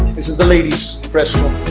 this is the ladies restroom